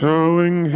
Telling